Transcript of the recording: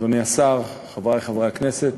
אדוני השר, חברי חברי הכנסת,